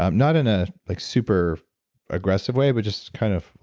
um not in a like super aggressive way, but just kind of,